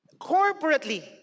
Corporately